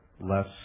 less